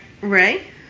Ray